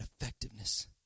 effectiveness